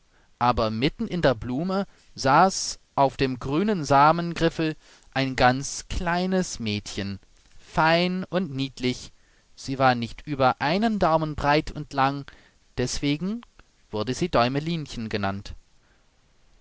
aber mitten in der blume saß auf dem grünen samengriffel ein ganz kleines mädchen fein und niedlich sie war nicht über einen daumen breit und lang deswegen wurde sie däumelinchen genannt